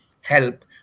help